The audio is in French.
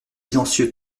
silencieux